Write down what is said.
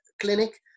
clinic